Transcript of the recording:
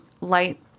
light